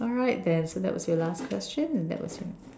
alright then so that was your last question and that was